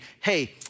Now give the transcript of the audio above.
hey